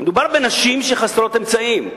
מדובר בנשים חסרות אמצעים,